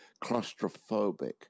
claustrophobic